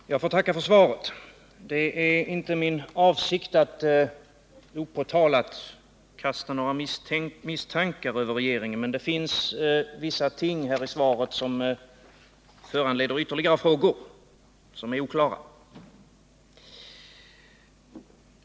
Herr talman! Jag får tacka för svaret. Det är inte min avsikt att opåtalat kasta några misstankar över regeringen, men det finns vissa ting som är oklara här i svaret och som föranleder ytterligare frågor.